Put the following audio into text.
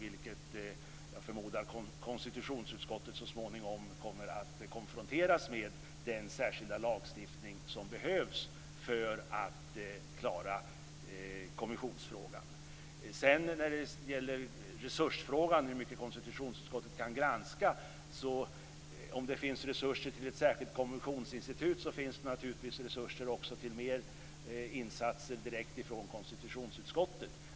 Jag förmodar att konstitutionsutskottet så småningom kommer att konfronteras med den särskilda lagstiftning som behövs för att klara kommissionsfrågan. När det sedan gäller resursfrågan, dvs. hur mycket konstitutionsutskottet kan granska: Om det finns resurser till ett särskilt kommissionsinstitut så finns det naturligtvis resurser också till mer insatser direkt från konstitutionsutskottet.